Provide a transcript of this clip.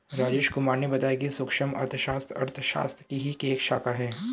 राजेश कुमार ने बताया कि सूक्ष्म अर्थशास्त्र अर्थशास्त्र की ही एक शाखा है